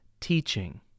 teaching